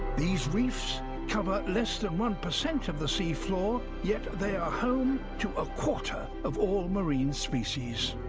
these reefs cover less than one percent of the seafloor, yet they are home to a quarter of all marine species.